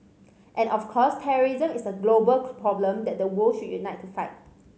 and of course terrorism is a global problem that the world should unite to fight